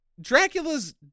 Dracula's